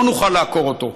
לא נוכל לעקור אותו.